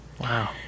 Wow